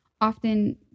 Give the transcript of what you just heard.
often